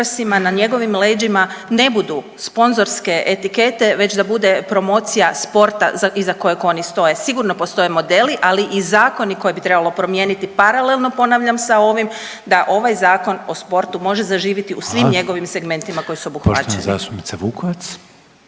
na njegovim leđima ne budu sponzorske etikete već da bude promocija sporta iza kojeg oni stoje, sigurno postoje modeli, ali i zakoni koje bi trebalo promijeniti paralelno ponavljam sa ovim da ovaj Zakon o sportu može zaživiti u svim njegovim segmentima koji su obuhvaćeni.